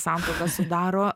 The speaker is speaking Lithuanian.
santuoką sudaro